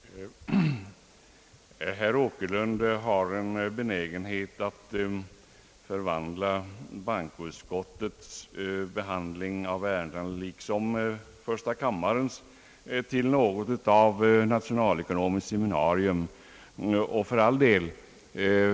Herr talman! Herr Åkerlund har en benägenhet att förvandla bankoutskottets behandling av ärenden. liksom första kammarens till något av ett nationalekonomiskt seminarium, och för all del.